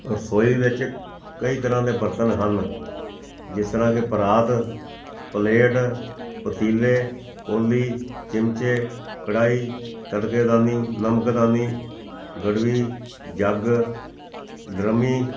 ਰਸੋਈ ਵਿੱਚ ਕਈ ਤਰ੍ਹਾਂ ਦੇ ਬਰਤਨ ਹਨ ਜਿਸ ਤਰ੍ਹਾਂ ਕਿ ਪਰਾਤ ਪਲੇਟ ਪਤੀਲੇ ਕੌਲੀ ਚਮਚੇ ਕੜਾਹੀ ਤੜਕੇ ਦਾਨੀ ਨਮਕਦਾਨੀ ਗੜਬੀ ਜੱਗ ਡਰੱਮੀ